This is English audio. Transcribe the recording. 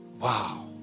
Wow